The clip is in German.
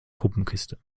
puppenkiste